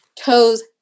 toes